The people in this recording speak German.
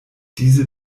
diese